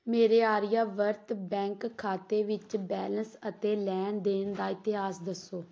ਮੇਰੇ ਆਰਿਆਵਰਤ ਬੈਂਕ ਖਾਤੇ ਵਿੱਚ ਬੈਲੰਸ ਅਤੇ ਲੈਣ ਦੇਣ ਦਾ ਇਤਿਹਾਸ ਦੱਸੋ